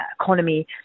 economy